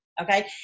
okay